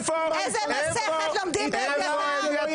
--------- איזו מסכת לומדים באביתר?